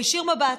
להישיר מבט,